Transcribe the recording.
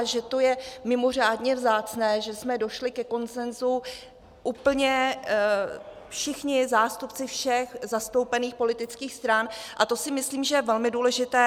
Je to mimořádně vzácné, že jsme došli ke konsenzu úplně všichni zástupci všech zastoupených politických stran, to si myslím, že je velmi důležité.